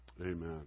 Amen